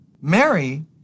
Mary